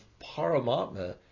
Paramatma